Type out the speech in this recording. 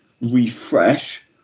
refresh